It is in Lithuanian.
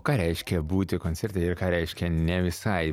ką reiškia būti koncerte ir ką reiškia ne visai